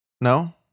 No